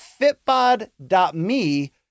FitBod.me